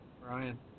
Brian